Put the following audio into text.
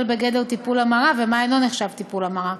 בגדר טיפול המרה ומה אינו נחשב טיפול המרה.